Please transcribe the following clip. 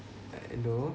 like I know